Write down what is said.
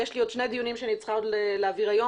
יש לי עוד שני דיונים שאני צריכה להעביר היום